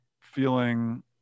feeling